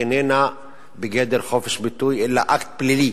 איננה בגדר חופש ביטוי אלא אקט פלילי